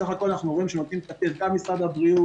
בסך הכל אנחנו רואים שנותנים כתף גם משרד הבריאות,